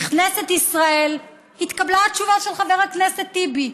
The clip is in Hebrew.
בכנסת ישראל התקבלה התשובה של חבר הכנסת טיבי.